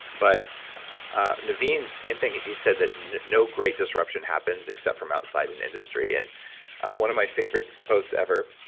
but naveen, same thing, he said that you know great disruption happens except from outside an industry, and one of my favorite posts ever,